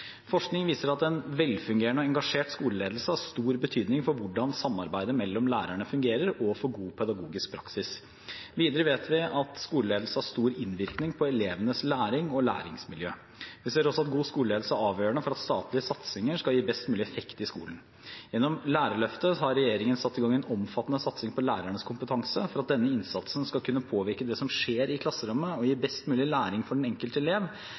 Forskning viser at en velfungerende og engasjert skoleledelse har stor betydning for hvordan samarbeidet mellom lærerne fungerer, og for god pedagogisk praksis. Videre vet vi at skoleledelse har stor innvirkning på elevenes læring og læringsmiljø. Vi ser også at god skoleledelse er avgjørende for at statlige satsinger skal gi best mulig effekt i skolen. Gjennom lærerløftet har regjeringen satt i gang en omfattende satsing på lærernes kompetanse. For at denne innsatsen skal kunne påvirke det som skjer i klasserommet, og gi best mulig læring for den enkelte elev,